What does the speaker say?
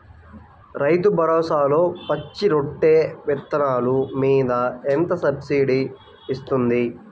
రైతు భరోసాలో పచ్చి రొట్టె విత్తనాలు మీద ఎంత సబ్సిడీ ఇస్తుంది?